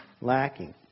lacking